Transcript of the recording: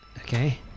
Okay